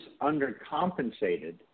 undercompensated